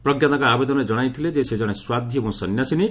ପ୍ରଜ୍ଞା ତାଙ୍କ ଆବଦେନରେ ଜଣାଇଥିଲେ ଯେ ସେ ଜଣେ ସାଧ୍ୱୀ ଏବଂ ସନ୍ଧ୍ୟାସିନୀ